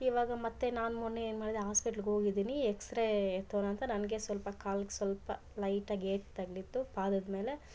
ಇವಾಗ ಮತ್ತು ನಾನು ಮೊನ್ನೆ ಏನು ಮಾಡಿದೆ ಹಾಸ್ಪೆಟ್ಲ್ಗ್ ಹೋಗಿದಿನಿ ಎಕ್ಸ್ರೇ ತೋಣಂತ ನನಗೆ ಸ್ವಲ್ಪ ಕಾಲಿಗ್ ಸ್ವಲ್ಪ ಲೈಟಾಗಿ ಏಟು ತಗುಲಿತ್ತು ಪಾದದ ಮೇಲೆ